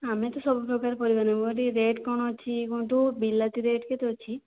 ଆମେ ତ ସବୁ ପ୍ରକାର ପରିବା ନବୁ ହେରି ରେଟ୍ କ'ଣ ଅଛି କୁହନ୍ତୁ ବିଲାତି ରେଟ୍ କେତେ ଅଛି